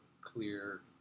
clear